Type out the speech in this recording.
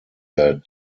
der